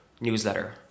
newsletter